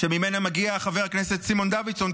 שממנה מגיע חבר הכנסת סימון דוידסון,